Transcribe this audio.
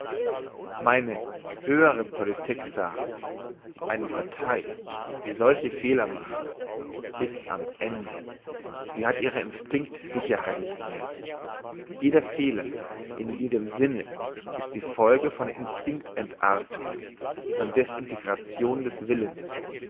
meine höhere politik sagt eine partei die solche fehler macht ist am ende sie hat ihre instinkt sicherheit nicht mehr jeder fehler in jedem sinne ist die folge von instinkt entartung von disgregation des willens